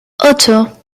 ocho